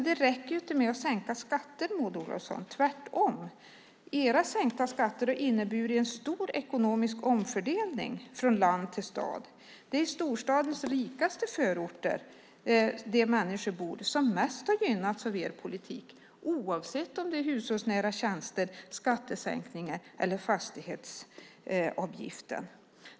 Det räcker inte med att sänka skatter, Maud Olofsson. Tvärtom. Era sänkta skatter har inneburit en stor ekonomisk omfördelning från land till stad. Det är i storstadens rikaste förorter de människor bor som mest har gynnats av er politik, oavsett om det gäller hushållsnära tjänster, skattesänkningar eller fastighetsavgifter.